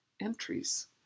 entries